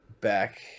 back